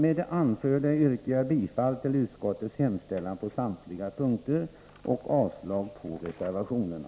Med det anförda yrkar jag bifall till utskottets hemställan på samtliga punkter och avslag på reservationerna.